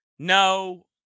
No